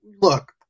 look